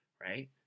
right